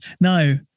no